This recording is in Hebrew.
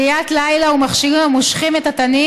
ראיית לילה ומכשירים המושכים את התנים